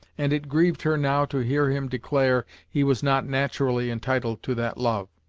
and it grieved her now to hear him declare he was not naturally entitled to that love.